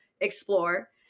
explore